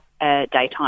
daytime